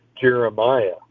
Jeremiah